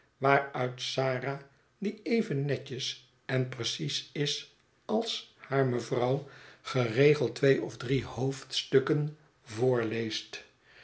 waaruit sara die even netjes en precies is als haar mevrouw geregeld twee of drie hoofdstukken